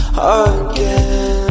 again